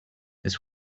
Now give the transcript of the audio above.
this